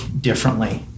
differently